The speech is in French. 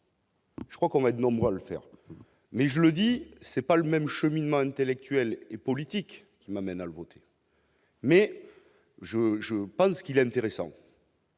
Je crois qu'on va être nombreux à le faire, mais je le dis, c'est pas le même cheminement intellectuel et politique qui m'amène à le voter. Mais je, je pense qu'il est intéressant.